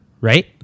right